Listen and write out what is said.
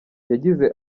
yagize